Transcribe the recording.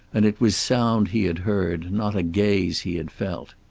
and it was sound he had heard, not a gaze he had felt.